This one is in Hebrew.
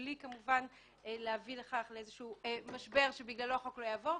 בלי להביא לאיזה שהוא משבר שבגללו החוק הזה לא יעבור.